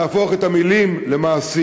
כדי שנהפוך את המילים למעשים?